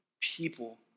People